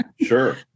sure